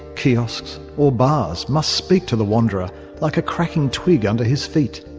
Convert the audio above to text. kiosks, or bars must speak to the wanderer like a cracking twig under his feet,